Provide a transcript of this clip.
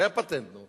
זה הפטנט, נו.